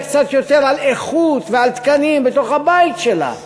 קצת יותר על איכות ועל תקנים בתוך הבית שלה,